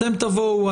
אתם תבואו,